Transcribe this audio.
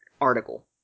article